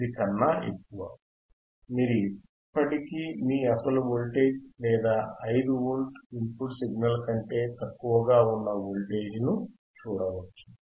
9 కన్నా ఎక్కువ మీరు ఇప్పటికీ మీ అసలు వోల్టేజ్ లేదా 5 వోల్ట్ ఇన్ పుట్ సిగ్నల్ కంటే తక్కువగా ఉన్న వోల్టేజ్ను చూడవచ్చు